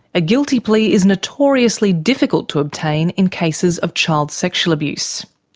a guilty plea is notoriously difficult to obtain in cases of child sexual abuse.